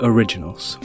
Originals